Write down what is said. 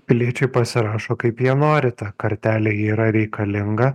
piliečiai pasirašo kaip jie nori ta kartelė yra reikalinga